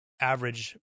average